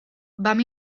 vam